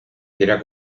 era